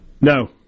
No